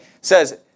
says